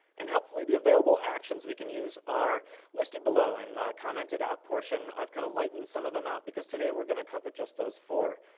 and helpfully the available actions we can use are listed below in the commented out portion. i've kind of lightened some of them out, because today we're gonna cover just those four.